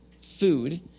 food